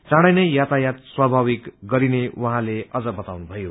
चाँडै नै यातायात स्वाभाविक गरिने उहाँले अझ बताउनुभयो